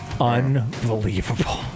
unbelievable